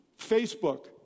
Facebook